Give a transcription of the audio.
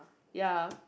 ya